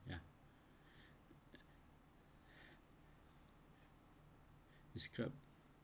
ya describe